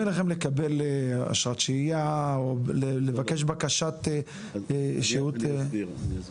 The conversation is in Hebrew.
אליכם לקבל אשרת שהייה או לבקש בקשת שהות בנסיבות- -- אני אסביר.